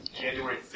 January